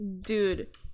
Dude